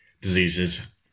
diseases